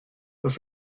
los